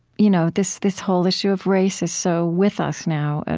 you know this this whole issue of race is so with us now,